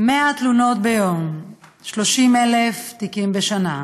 100 תלונות ביום, 30,000 תיקים בשנה,